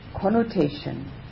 connotation